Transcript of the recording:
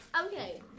Okay